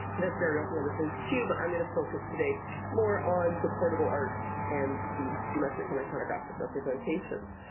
there's burials in other things, too. but i'm going to focus today more on the portable art and the geometric and iconographic representation.